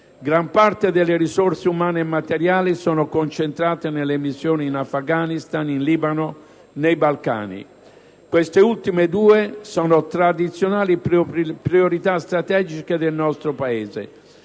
gran parte delle risorse umane e materiali sono concentrate nelle missioni in Afghanistan, in Libano e nei Balcani. Queste ultime due sono tradizionali priorità strategiche del nostro Paese,